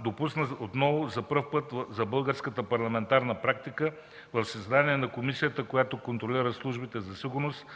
допусна отново за пръв път за българската парламентарна практика в заседание на комисията, която контролира службите за сигурност,